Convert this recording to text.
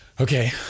Okay